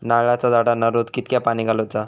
नारळाचा झाडांना रोज कितक्या पाणी घालुचा?